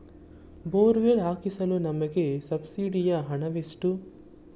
Borewell ಹಾಕಿಸಲು ನಮಗೆ ಸಬ್ಸಿಡಿಯ ಹಣವೆಷ್ಟು?